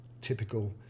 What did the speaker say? typical